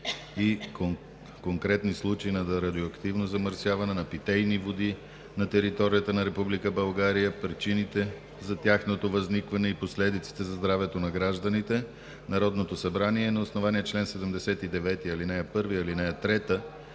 и конкретни случаи на радиоактивно замърсяване на питейни води на територията на Република България, причините за тяхното възникване и последиците за здравето на гражданите Народното събрание на чл. 79, ал. 1 и ал. 3